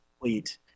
complete